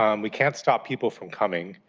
um we can't stop people from coming,